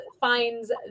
finds